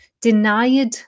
denied